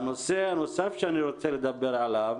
הנושא הנוסף שאני רוצה לדבר עליו